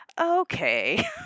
okay